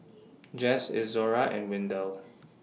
Jess Izora and Windell